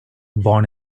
born